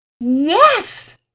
Yes